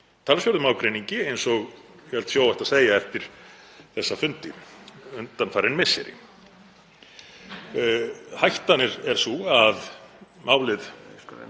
talsverðum ágreiningi, eins og ég held að sé óhætt að segja eftir þessa fundi undanfarin misseri. Hættan er sú að málið